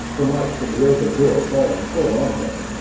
the light from the open door falling full on him.